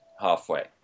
Halfway